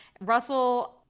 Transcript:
Russell